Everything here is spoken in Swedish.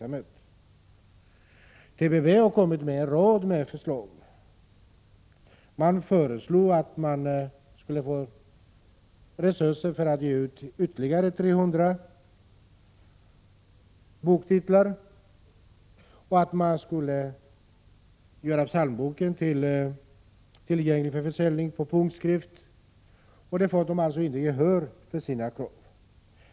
Men TPB har fört fram en rad förslag, bl.a. att man skulle få resurser för att ge ut ytterligare 300 boktitlar och för att göra psalmboken tillgänglig i punktskrift. Men biblioteket får inte gehör för sina krav.